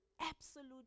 absolute